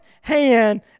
hand